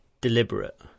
deliberate